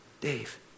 Dave